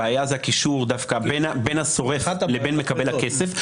הבעיה זה הקישור דווקא בין השורף לבין מקבל הכסף.